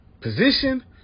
position